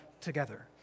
together